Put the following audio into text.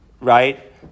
right